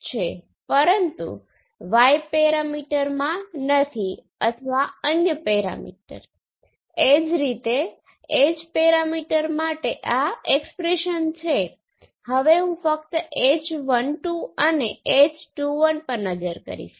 તેથી ફક્ત આ વિશ્લેષણને જોઈને એવું લાગે છે કે તમારી પાસે ઓપ એમ્પ તે જ રીતે કાર્ય કરશે